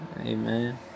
Amen